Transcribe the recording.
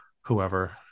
whoever